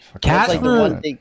Casper